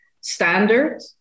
standard